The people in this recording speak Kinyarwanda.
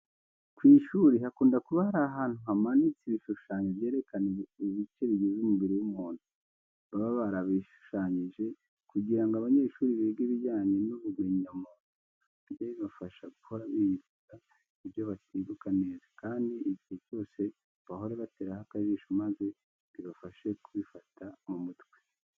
Ku ishuri hakunda kuba hari ahantu hamanitse ibishushanyo byerekana ubice bigize umubiri w'umuntu. Baba barabishushanyije kugira ngo abanyeshuri biga ibijyanye n'ubumenyamuntu bijye bibafasha guhora biyibutsa ibyo batibuka neza, kandi igihe cyose bahore bateraho ijisho maze bibafashe kubifata mu mutwe.